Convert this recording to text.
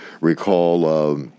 recall